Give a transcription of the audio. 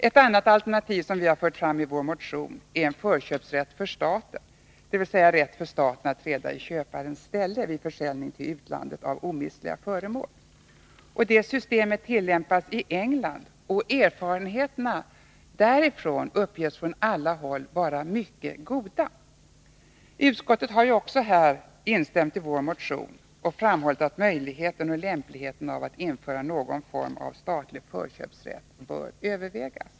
Ett annat alternativ som vi har fört fram i vår motion är en förköpsrätt för staten, dvs. rätt för staten att träda in i köparens ställe vid försäljning till utlandet av omistliga föremål. Motsvarande system tillämpas i England, och erfarenheterna därifrån uppges från alla håll vara mycket goda. Utskottet har också här instämt i vår motion och framhållit att möjligheten och lämpligheten av att införa någon form av statlig förköpsrätt bör övervägas.